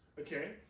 Okay